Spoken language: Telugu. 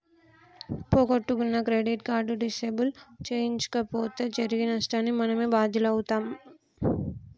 పోగొట్టుకున్న క్రెడిట్ కార్డు డిసేబుల్ చేయించకపోతే జరిగే నష్టానికి మనమే బాధ్యులమవుతం